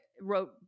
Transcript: wrote